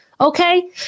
okay